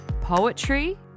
poetry